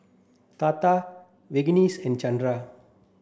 Tata Verghese and Chandra